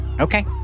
Okay